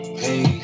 hey